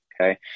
okay